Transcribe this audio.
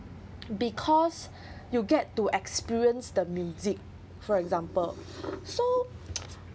because you get to experience the music for example so